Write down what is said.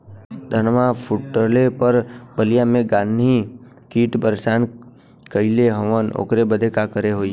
धनवा फूटले पर बलिया में गान्ही कीट परेशान कइले हवन ओकरे बदे का करे होई?